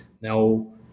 Now